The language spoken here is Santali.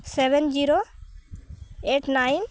seven zero eight nine